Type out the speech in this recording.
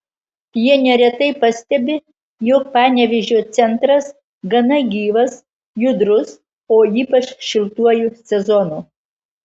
jie neretai pastebi jog panevėžio centras gana gyvas judrus o ypač šiltuoju sezonu